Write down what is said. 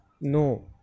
no